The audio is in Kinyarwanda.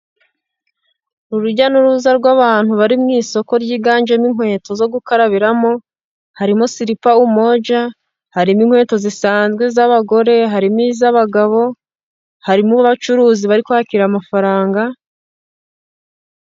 Urujya n'uruza rw'abantu bari mu isoko ryiganjemo inkweto zo gukarabiramo, harimo silipa umoja, harimo inkweto zisanzwe z'abagore, harimo iz'abagabo, harimo abacuruzi bari kwakira amafaranga.